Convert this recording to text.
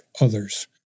others